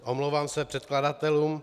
Omlouvám se předkladatelům.